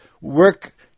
work